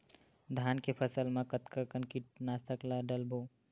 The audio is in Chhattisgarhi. धान के फसल मा कतका कन कीटनाशक ला डलबो?